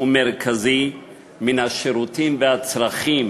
ומרכזי מהשירותים והצרכים